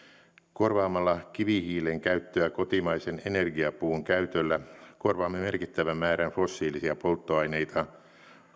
korvaamalla kivihiilen käyttöä kotimaisen energiapuun käytöllä korvaamme merkittävän määrän fossiilisia polttoaineita